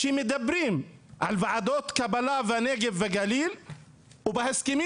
כשמדברים על ועדות קבלה בנגב והגליל ובהסכמים